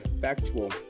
factual